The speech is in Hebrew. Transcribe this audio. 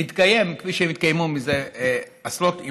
להתקיים כפי שהם התקיימו מזה עשרות שנים,